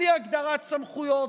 בלי הגדרת סמכויות,